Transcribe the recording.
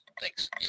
Thanks